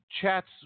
chats